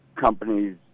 companies